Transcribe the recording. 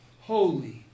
Holy